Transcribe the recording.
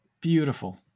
Beautiful